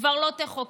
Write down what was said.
כבר לא תחוקק,